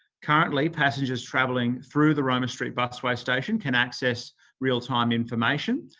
currently passengers travelling through the roma street busway station can access real time information,